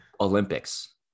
Olympics